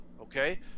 Okay